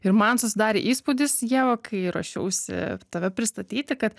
ir man susidarė įspūdis ieva kai ruošiausi tave pristatyti kad